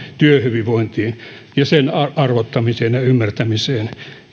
työhyvinvointiin ja sen arvottamiseen ja ymmärtämiseen